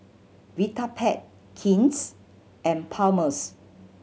Vitapet King's and Palmer's